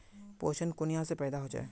पोषण कुनियाँ से पैदा होचे?